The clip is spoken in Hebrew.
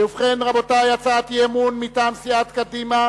ובכן, רבותי, הצעת אי-אמון מטעם סיעת קדימה